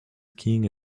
skiing